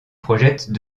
projettent